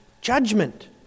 judgment